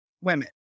women